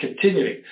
continuing